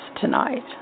tonight